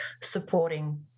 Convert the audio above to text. supporting